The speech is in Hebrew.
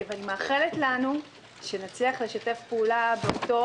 אני מאחלת לנו שנצליח לשתף פעולה באותו